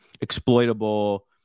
exploitable